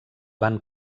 van